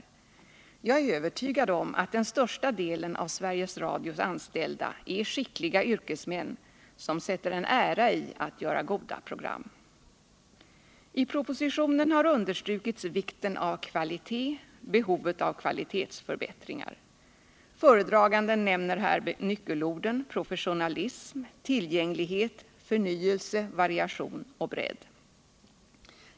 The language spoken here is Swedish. Jag är övertygad om att den största delen av Sveriges Radios anställda är skickliga yrkesmän, som sätter en ära i att göra goda program. I propositionen har understrukits vikten av kvalitet, behovet av kvalitetsförbättringar. Föredraganden nämner här nyckelorden professionalism, tillgänglighet, förnyelse, variation och bredd.